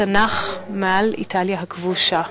צנח מעל איטליה הכבושה.